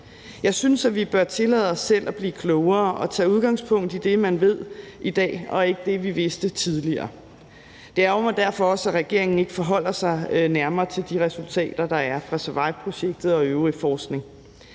Jeg synes, at vi bør tillade os selv at blive klogere og tage udgangspunkt i det, som man ved i dag, og ikke det, som vi vidste tidligere. Det ærgrer mig derfor også, at regeringen ikke forholder sig nærmere til de resultater, der er fra SURVIVE-projektet og øvrig forskning.